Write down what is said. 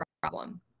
problem